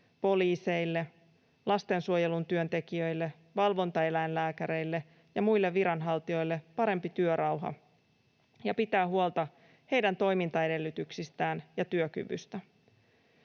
poliiseille, lastensuojelun työntekijöille, valvontaeläinlääkäreille ja muille viranhaltijoille — parempi työrauha ja pitää huolta heidän toimintaedellytyksistään ja työkyvystään.